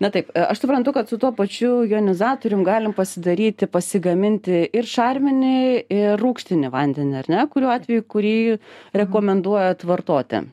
na taip aš suprantu kad su tuo pačiu jonizatorium galim pasidaryti pasigaminti ir šarminį ir rūgštinį vandenį ar ne kuriuo atveju kurį rekomenduojat vartoti